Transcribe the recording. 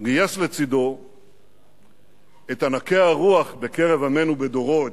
גייס לצדו את ענקי הרוח בקרב עמנו בדורו,